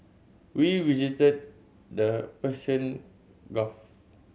we visited the Persian Gulf